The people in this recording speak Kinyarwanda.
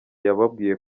yababwiye